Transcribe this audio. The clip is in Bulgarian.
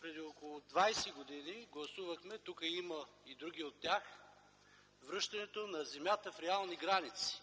преди около 20 години гласувахме, тук има и други от тях, за връщането на земята в реални граници